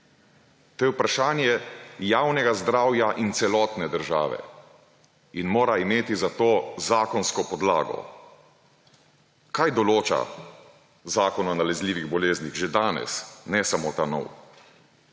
je vprašanje javnega zdravja in celotne države in mora imeti za to zakonsko podlago. Kaj določa Zakon o nalezljivih boleznih že danes, ne samo ta novi?